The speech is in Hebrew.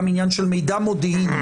גם עניין של מידע מודיעיני,